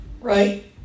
Right